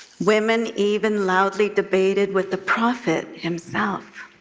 women even loudly debated with the prophet himself.